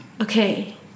okay